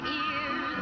ears